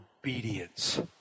Obedience